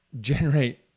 generate